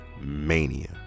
mania